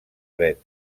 dret